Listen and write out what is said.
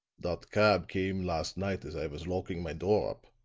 dot cab came last night as i was locking my door,